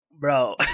bro